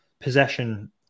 possession